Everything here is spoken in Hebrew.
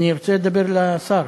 אני רוצה לדבר אל השר.